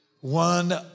one